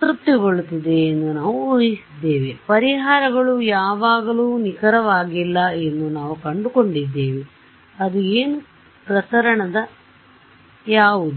ತೃಪ್ತಿಗೊಳ್ಳುತ್ತಿದೆ ಎಂದು ನಾವು ಊಹಿಸಿದ್ದೇವೆ ಪರಿಹಾರಗಳು ಯಾವಾಗಲೂ ನಿಖರವಾಗಿಲ್ಲ ಎಂದು ನಾವು ಕಂಡುಕೊಂಡಿದ್ದೇವೆ ಅದು ಏನು ಪ್ರಸರಣದ ಯಾವುದು